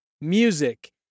music